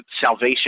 salvation